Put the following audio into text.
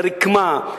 לרקמה,